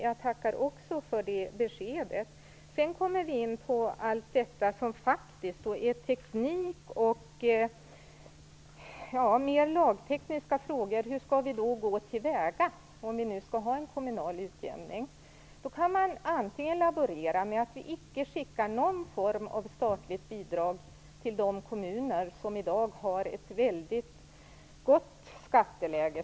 Jag tackar också för det beskedet. Sedan kommer vi in på mer lagtekniska frågor. Hur skall vi gå till väga om vi skall ha en kommunal utjämning? Man kan laborera med att icke skicka någon form av statligt bidrag till de kommuner som i dag har ett väldigt gott skatteläge.